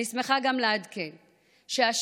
אני שמחה גם לעדכן שהשנה,